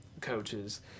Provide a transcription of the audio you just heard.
coaches